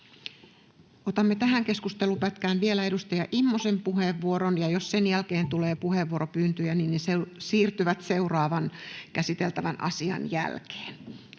Otamme tähän keskustelupätkään vielä edustaja Immosen puheenvuoron, ja jos sen jälkeen tulee puheenvuoropyyntöjä, niin ne siirtyvät seuraavan käsiteltävän asian jälkeen.